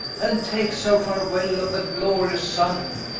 and takes her farwell of the glorious sunne.